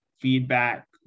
feedback